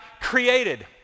created